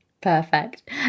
perfect